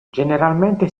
generalmente